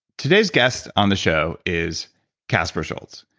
today's guest on the show is caspar szulc.